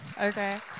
Okay